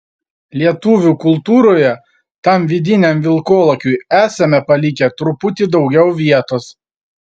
lietuvių kultūroje tam vidiniam vilkolakiui esame palikę truputį daugiau vietos